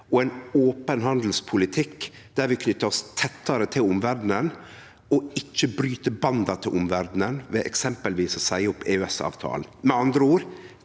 og ein open handelspolitikk der vi knyter oss tettare til omverda og ikkje bryt banda til omverda ved eksempelvis å seie opp EØS-avtalen. Med andre ord: